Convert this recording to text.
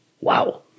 Wow